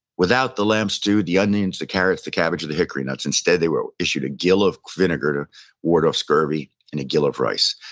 without the lamb stew, the onions, the carrots, the cabbage, and the hickory nuts. instead they were issued a gill of vinegar to ward off scurvy and a gill of rice.